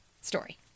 story